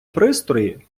пристрої